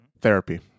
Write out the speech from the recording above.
Therapy